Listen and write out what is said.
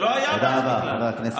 תודה רבה, חבר הכנסת אלקין.